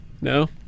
No